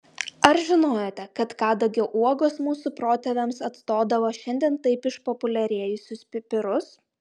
ar žinojote kad kadagio uogos mūsų protėviams atstodavo šiandien taip išpopuliarėjusius pipirus